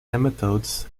nematodes